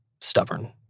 stubborn